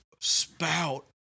spout